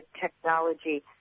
technology